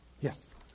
Yes